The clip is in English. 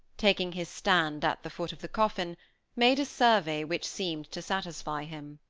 taking his stand at the foot of the coffin made a survey which seemed to satisfy him.